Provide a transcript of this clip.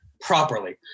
properly